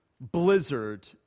blizzard